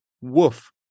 Woof